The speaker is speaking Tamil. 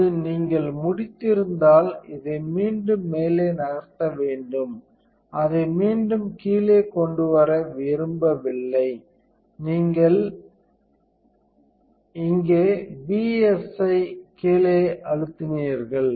இப்போது நீங்கள் முடித்திருந்தால் இதை மீண்டும் மேலே நகர்த்த வேண்டும் அதை மீண்டும் கீழே கொண்டு வர விரும்பவில்லை இங்கே நீங்கள் BSI கீழே அழுத்தினீர்கள்